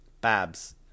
Babs